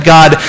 God